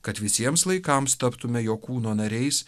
kad visiems laikams taptume jo kūno nariais